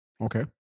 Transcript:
Okay